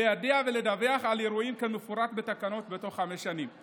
ליידע ולדווח על אירועים כמפורט בתקנות בתוך חמש שנים.